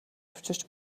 авчирч